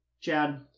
chad